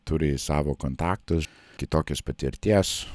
turi savo kontaktus kitokios patirties